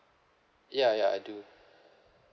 ya ya I do